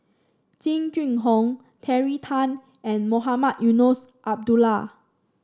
Jing Jun Hong Terry Tan and Mohamed Eunos Abdullah